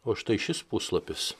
o štai šis puslapis